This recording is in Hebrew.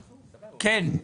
כן.